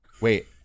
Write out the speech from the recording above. wait